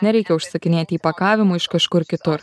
nereikia užsakinėti įpakavimų iš kažkur kitur